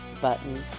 button